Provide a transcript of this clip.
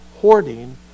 hoarding